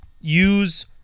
use